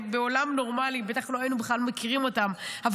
בעולם נורמלי בטח לא היינו מכירים אותן בכלל,